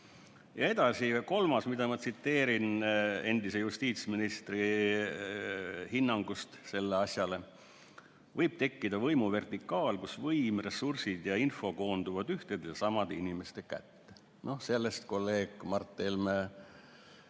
Edasi kolmas, mida ma tsiteerin endise justiitsministri hinnangust sellele asjale: "Võib tekkida võimuvertikaal, kus võim, ressursid ja info koonduvad ühtede ja samade inimeste kätte." Sellest kolleeg Mart Helme